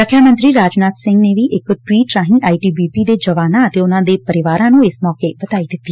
ਰੱਖਿਆ ਮੰਤਰੀ ਰਾਜਨਾਥ ਸਿੰਘ ਨੇ ਇਕ ਟਵੀਟ ਰਾਹੀਂ ਆਈ ਟੀ ਬੀ ਪੀ ਦੇ ਜਵਾਨਾਂ ਅਤੇ ਉਨ੍ਹਾਂ ਦੇ ਪਰਿਵਾਰਾਂ ਨੂੰ ਇਸ ਮੌਕੇ ਵਧਾਈ ਦਿੱਤੀ